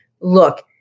look